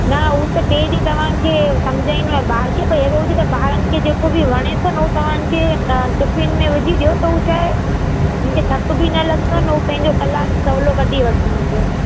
न उहो त टे ॾींहुं तव्हांखे समुझाइणो आहे ॿारु खे भई हे रोज त ॿारनि खे जेको बि वणे थो न उहो तव्हां उन खे टिफिन में विझी ॾियो त हू छा आहे हुन खे थकु बि न लॻणो आहे ऐं पंहिंजो कलाकु सवलो कढी वठंदा पोइ